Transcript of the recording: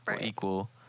equal